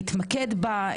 להתמקד בה,